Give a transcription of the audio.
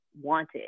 wanted